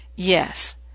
Yes